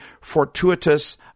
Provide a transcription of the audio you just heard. fortuitous